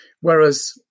Whereas